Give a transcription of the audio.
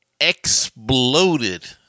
exploded